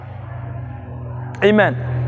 Amen